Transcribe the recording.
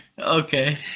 Okay